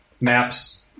maps